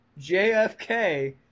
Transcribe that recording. JFK